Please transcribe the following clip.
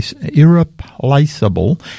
irreplaceable